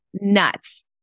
nuts